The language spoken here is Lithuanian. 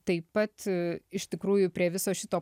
taip pat iš tikrųjų prie viso šito